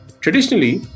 Traditionally